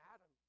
Adam